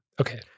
Okay